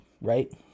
right